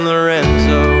Lorenzo